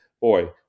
Boy